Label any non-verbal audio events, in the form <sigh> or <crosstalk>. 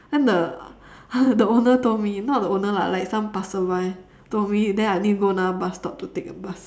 then the <laughs> the owner told me not the owner lah like some passerby told me then I need to go another bus stop to take the bus